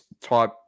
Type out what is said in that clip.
type